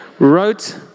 Wrote